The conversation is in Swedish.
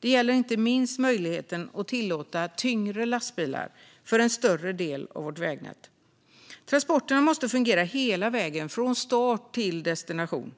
Det gäller inte minst möjligheten att tillåta tyngre lastbilar på en större del av vårt vägnät. Transporterna måste fungera hela vägen från start till destination.